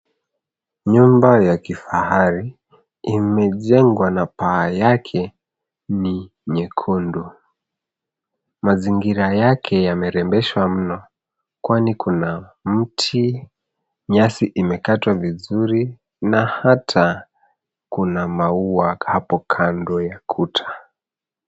Nyumba ya kifahari imejengwa na paa yake ni nyekundu. Mazingira yake yamerembeshwa mno kwani kuna miti, nyazi imekatwa vizuri na hata kuna maua hapo kando ya ukuta.